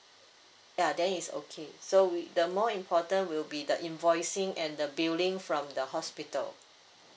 ya then is okay so we the more important will be the invoicing and the billing from the hospital